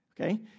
Okay